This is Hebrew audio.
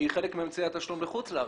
שהאי חלק מאמצעי התשלום בחוץ לארץ.